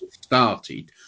started